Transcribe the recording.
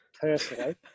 personally